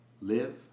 live